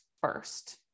first